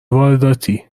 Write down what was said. وارداتی